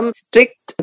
strict